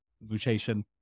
mutation